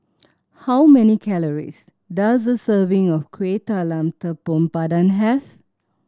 how many calories does a serving of Kuih Talam Tepong Pandan have